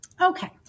Okay